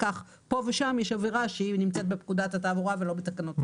כך פה ושם יש עבירה שנמצאת בפקודת התעבורה ולא בתקנות.